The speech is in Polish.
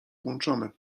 włączony